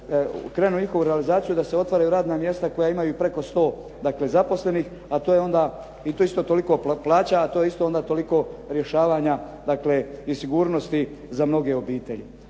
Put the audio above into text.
da se otvaraju radna mjesta koja imaju preko 100 zaposlenih, a to je onda i to isto toliko plaća, a to je onda isto toliko rješavanja i sigurnosti za mnoge obitelji.